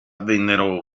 vennero